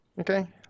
Okay